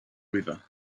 river